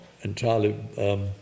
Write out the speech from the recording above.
entirely